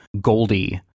goldie